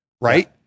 right